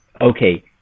okay